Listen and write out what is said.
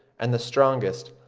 and the strongest,